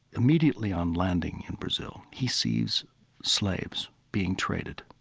immediately on landing in brazil, he sees slaves being traded.